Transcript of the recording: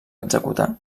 executar